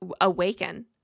awaken